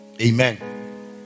Amen